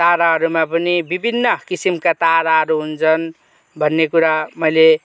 ताराहरूमा पनि विभिन्न किसिमका ताराहरू हुन्छन् भन्ने कुरा मैले